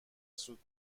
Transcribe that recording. سود